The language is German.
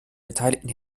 beteiligten